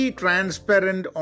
transparent